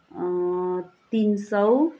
तिन सौ